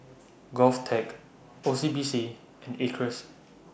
Govtech O C B C and Acres